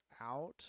out